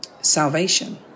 salvation